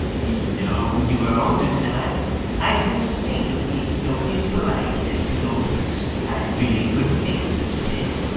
you know you are older than i. i couldn't think of being so impolite as to go first. i really couldn't think of such a thing.